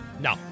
no